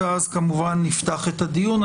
ואז כמובן נפתח את הדיון.